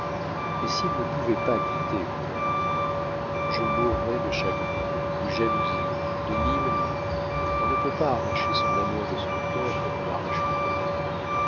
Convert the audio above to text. et si elle ne pouvait pas quitter le théâtre je mourrais de chagrin de jalousie de mille maux on ne peut pas arracher son amour de son cœur comme on arrache une dent